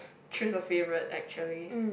choose a favourite actually